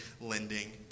lending